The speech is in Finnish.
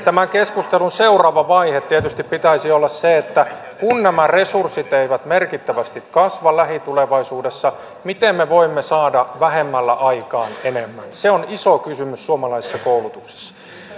tämän keskustelun seuraavan vaiheen tietysti pitäisi olla se että kun nämä resurssit eivät merkittävästi kasva lähitulevaisuudessa miten me voimme saada vähemmällä aikaan enemmän se on iso kysymys suomalaisessa koulutuksessa